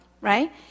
right